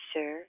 Sir